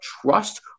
trust